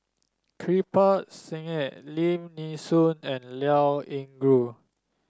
Kirpal Singh Lim Nee Soon and Liao Yingru